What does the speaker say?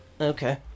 Okay